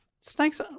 Snakes